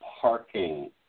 parking